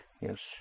Yes